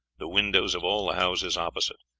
the windows of all the houses opposite,